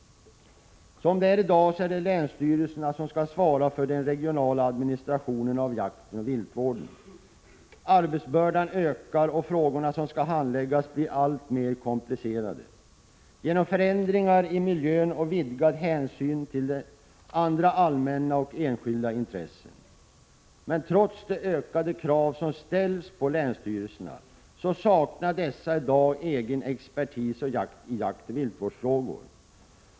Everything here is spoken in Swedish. Som det är i dag skall länsstyrelserna svara för den regionala administrationen av jakten och viltvården. Arbetsbördan ökar, och de frågor som skall handläggas blir alltmer komplicerade, genom förändringar i miljön och vidgad hänsyn till andra allmänna och enskilda intressen. Men trots de ökande krav som ställs på länsstyrelserna saknar dessa i dag egen expertis i jaktoch viltvårdsfrågor.